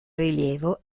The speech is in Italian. rilievo